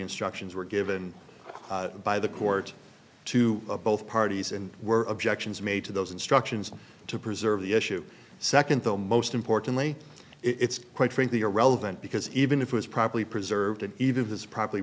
instructions were given by the court to both parties and were objections made to those instructions to preserve the issue second though most importantly it's quite frankly irrelevant because even if it was properly preserved and even if it's probably